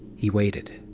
he waited.